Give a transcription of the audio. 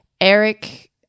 Eric